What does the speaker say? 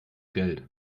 geld